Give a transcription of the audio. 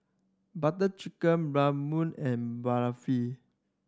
Butter Chicken Bratwurst and Balafel